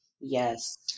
yes